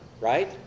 right